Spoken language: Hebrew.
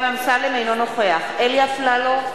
אינו נוכח אלי אפללו,